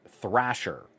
Thrasher